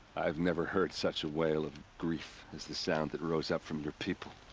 i've never heard such a wail of. grief. as the sound that rose up from your people.